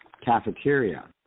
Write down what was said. cafeteria